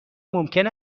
ممکن